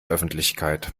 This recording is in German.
öffentlichkeit